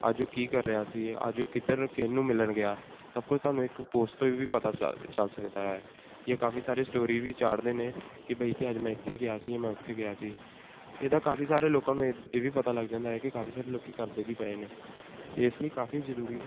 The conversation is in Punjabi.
ਅੱਜ ਉਹ ਕਿ ਕਰ ਰਿਹਾ ਸੀ ਅੱਜ ਉਹ ਕਿੱਧਰ ਨੂੰ ਕਿਹਨੂੰ ਮਿਲਣ ਗਿਆ ਸਭ ਕੁਛ ਤੁਹਾਨੂੰ ਇੱਕ ਪੋਸਟ ਤੋਂ ਵੀ ਪਤਾ ਚਲ ਚੱਲ ਸਕਦਾ ਹੈ ਜੇ ਕਾਫੀ ਸਾਰੀ ਸਟੋਰੀ ਵੀ ਚਾੜ ਦੇ ਨੇ ਕਿ ਬਾਈ ਕਿ ਅੱਜ ਮੈਂ ਇੱਥੇ ਗਿਆ ਸੀ ਜਾਂ ਮੈਂ ਉੱਥੇ ਗਿਆ ਸੀ ਇਹਦਾ ਕਾਫੀ ਸਾਰੇ ਲੋਕਾਂ ਨੂੰ ਇਹ ਇਹ ਵੀ ਪਤਾ ਲੱਗ ਜਾਂਦਾ ਹੈ ਕਿ ਕਾਫੀ ਸਾਰੇ ਲੋਕ ਕਰਦੇ ਕੀ ਪਏ ਨੇ ਇਸ ਲਈ ਕਾਫੀ ਜ਼ਰੂਰੀ